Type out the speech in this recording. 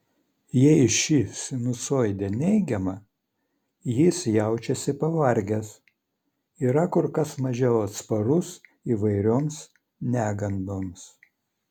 jei ši sinusoidė neigiama jis jaučiasi pavargęs yra kur kas mažiau atsparus įvairioms negandoms